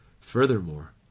Furthermore